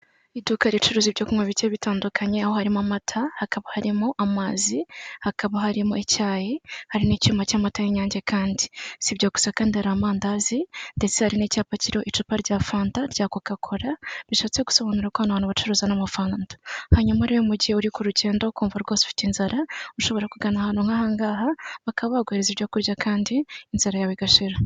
Iduka ricuruza ibyo kunywa bice bitandukanye aho harimo amata hakaba harimo amazi hakaba harimo icyayi hari n'icyuma cy'amata nyange, kandi sibyo gusa kandi ari amandazi ndetse hari n'icyapa kicupa rya fanta rya coca cola, bishatse gusobanura ko abantu bacuruza n'amafanta hanyuma rero mu gihe uri ku rugendo ukumva rwose ufite inzara, ushobora kugana ahantu nk'ahangaha bakaba baguhereza ibyo kurya kandi inzara yawe bigashira.